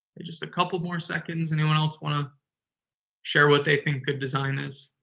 just a couple more seconds. anyone else want to share what they think good design is?